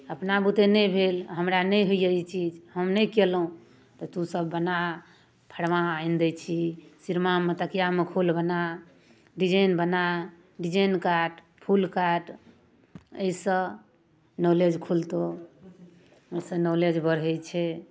अपना बुते नहि भेल हमरा नहि होइए ई चीज हम नहि कएलहुँ तऽ तूसभ बना फरमा आनि दैत छी सिरमामे तकिआमे खोल बना डिजाइन बना डिजाइन काट फूल काट एहिसँ नॉलेज खुलतहु एहिसँ नॉलेज बढ़ै छै